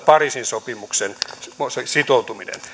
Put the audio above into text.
pariisin sopimukseen sitoutuminen